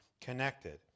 connected